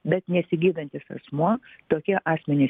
bet nesigydantis asmuo tokie asmenys